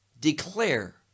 declare